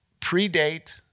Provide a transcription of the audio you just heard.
predate